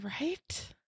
Right